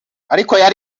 rwanda